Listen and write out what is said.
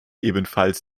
ebenfalls